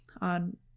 on